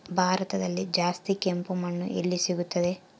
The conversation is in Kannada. ಭಾರತದಲ್ಲಿ ಜಾಸ್ತಿ ಕೆಂಪು ಮಣ್ಣು ಎಲ್ಲಿ ಸಿಗುತ್ತದೆ?